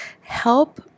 help